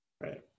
Right